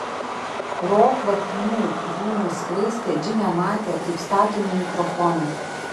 pro kvapnių dūmų skraistę džinė matė kaip statomi mikrofonai